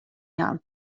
jaan